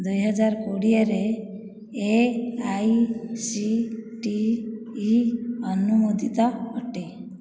ଦୁଇ ହଜାର କୋଡ଼ିଏରେ A I C T E ଅନୁମୋଦିତ ଅଟେ